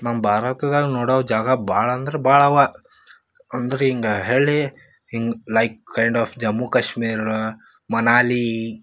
ನಮ್ಮ ಭಾರತದಾಗ ನೋಡೋ ಜಾಗ ಭಾಳ ಅಂದ್ರೆ ಭಾಳ ಅವ ಅಂದ್ರೆ ಹಿಂಗ ಹಳ್ಳಿ ಹಿಂಗೆ like kind of Jammu Kashmir Manali